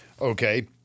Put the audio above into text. Okay